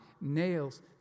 nails